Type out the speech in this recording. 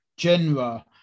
genre